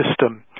system